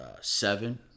seven